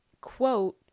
quote